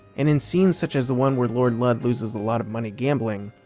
and in scenes such as the one where lord ludd loses a lot of money gambling,